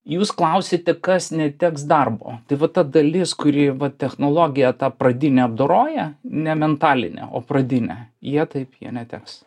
jūs klausėte kas neteks darbo tai va ta dalis kuri va technologiją tą pradinę apdoroja ne mentalinę o pradinę jie taip jie neteks